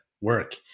work